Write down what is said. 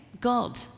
God